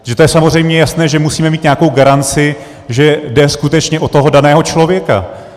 To je samozřejmě jasné, že musíme mít nějakou garanci, že jde skutečně o toho daného člověka.